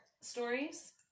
stories